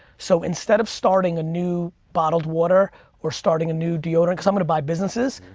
so instead of starting a new bottled water or starting a new deodorant, cause i'm gonna buy businesses,